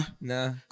Nah